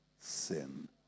sin